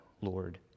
Lord